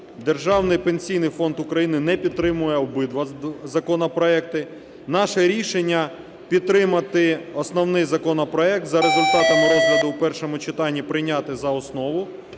Державний пенсійний фонд України не підтримує обидва законопроекти. Наше рішення підтримати основний законопроект, за результатами розгляду в першому читанні прийняти за основу